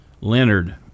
Leonard